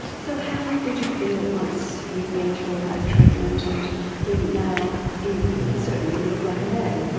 so how did you feel once you'd been through all that treatment? and now you certainly look like a man.